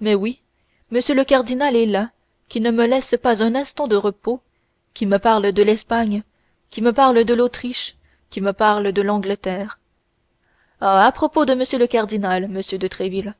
mais oui m le cardinal est là qui ne me laisse pas un instant de repos qui me parle de l'espagne qui me parle de l'autriche qui me parle de l'angleterre ah à propos de m le cardinal monsieur de tréville